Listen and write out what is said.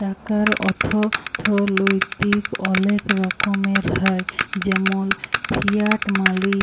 টাকার অথ্থলৈতিক অলেক রকমের হ্যয় যেমল ফিয়াট মালি,